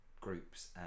groups